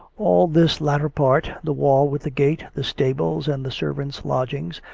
all this later part, the wall with the gate, the stables and the servants' lodgings,